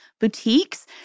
boutiques